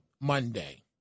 Monday